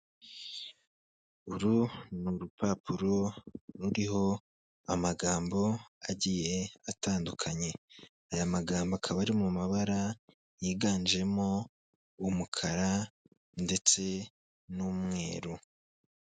Uru ni urupapuro ruriho amagambo agiye atandukanye, aya magambo akaba ari mu mabara yiganjemo umukara ndetse n'umweru.